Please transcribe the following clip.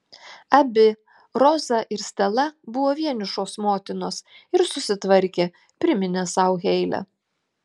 abi roza ir stela buvo vienišos motinos ir susitvarkė priminė sau heile